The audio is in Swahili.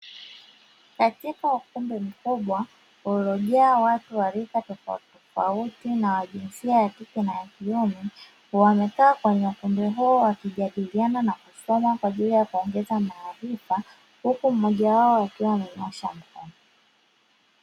Katika ukumbi mkubwa uliojaa watu wa rika tofautitofauti na wajinsia ya kike na yakiume wamekaa kwenye ukumbi huo wakijadiliana na kusoma kwa ajili ya kuongeza maarifa, huku mmoja wao akiwa amenyoosha mkono.